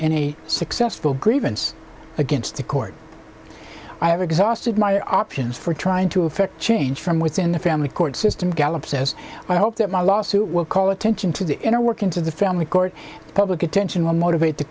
a successful grievance against the court i have exhausted my options for trying to effect change from within the family court system gallup says i hope that my lawsuit will call attention to the inner workings of the family court public attention will motivate the